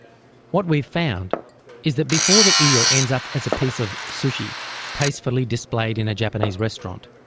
what we've found is that before the eel ends up as a piece of sushi tastefully displayed in a japanese restaurant,